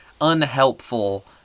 unhelpful